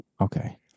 Okay